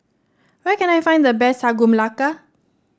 where can I find the best Sagu Melaka